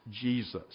Jesus